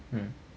mm